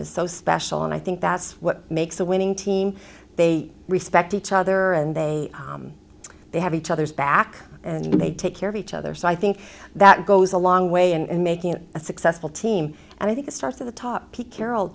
is so special and i think that's what makes a winning team they respect each other and they they have each other's back and they take care of each other so i think that goes a long way and making it a successful team and i think it starts at the top pete carrol